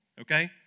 okay